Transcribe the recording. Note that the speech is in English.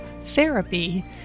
therapy